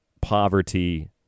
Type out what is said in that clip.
poverty